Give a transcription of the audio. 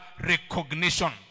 recognition